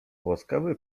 łaskawy